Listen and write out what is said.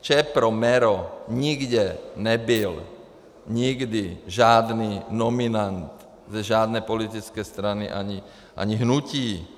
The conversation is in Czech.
Čepro, MERO nikde nebyl nikdy žádný nominant ze žádné politické strany ani hnutí.